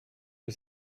que